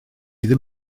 ddim